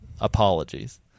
Apologies